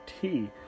tea